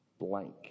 blank